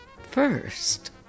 First